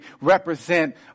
represent